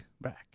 Back